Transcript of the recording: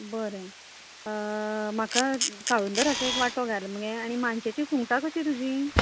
बरें म्हाका काळुंदराचो एक वांटो घाल मगे आनी मानशेचीं सुंगटां कशीं तुजीं